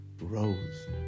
Rose